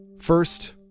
First